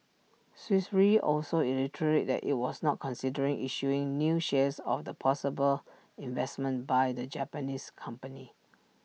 Swiss re also reiterated that IT was not considering issuing new shares of the possible investment by the Japanese company